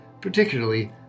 particularly